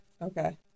Okay